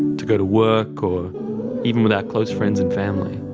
to go to work or even with our close friends and family.